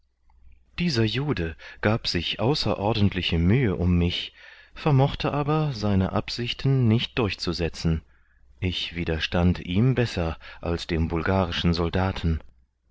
dieser jude gab sich außerordentliche mühe um mich vermochte aber seine absichten nicht durchzusetzen ich widerstand ihm besser als dem bulgarischen soldaten